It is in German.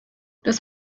das